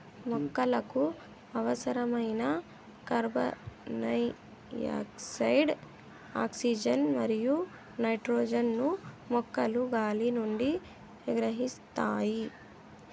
మొక్కలకు అవసరమైన carbon dioxide, oxygen మరియు నైట్రోజన్ ను మొక్కలు గాలి నుండి గ్రహిస్తాయి